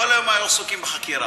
כל היום היו עסוקים בחקירה,